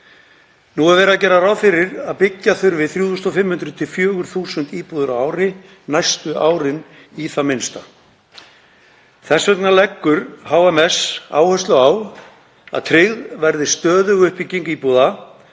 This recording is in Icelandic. Nú er gert ráð fyrir að byggja þurfi 3.500–4.000 íbúðir á ári næstu árin í það minnsta. Þess vegna leggur HMS áherslu á að tryggð verði stöðug uppbygging íbúða